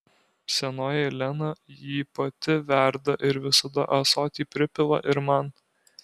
senoji lena jį pati verda ir visada ąsotį pripila ir man